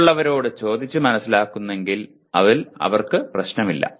മറ്റുള്ളവരോട് ചോദിച്ചു മനസ്സിലാക്കുന്നതിൽ അവർക്ക് പ്രശ്നമില്ല